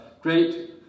great